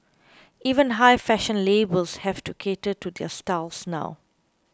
even high fashion labels have to cater to their styles now